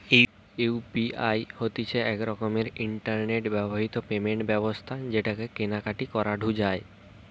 UPI হতিছে এক রকমের ইন্টারনেট বাহিত পেমেন্ট ব্যবস্থা যেটাকে কেনা কাটি করাঢু যায়